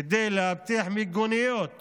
כדי להבטיח מיגוניות